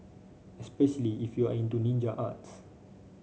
especially if you are into ninja arts